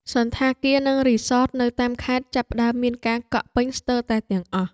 សណ្ឋាគារ និងរីសត នៅតាមខេត្តចាប់ផ្ដើមមានការកក់ពេញស្ទើរតែទាំងអស់។